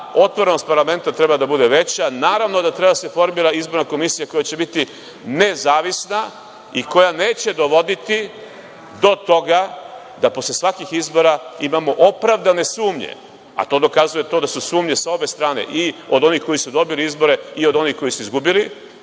otvorenost parlamenta treba da bude veća. Naravno da treba da se formira izborna komisija koja će biti nezavisna i koja neće dovoditi do toga da posle svakih izbora imamo opravdane sumnje, a to dokazuje to da su sumnje sa obe strane i od onih koji su dobili izbore i on onih koji su izgubili,